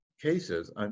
cases